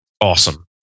Awesome